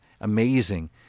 amazing